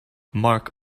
mark